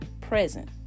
present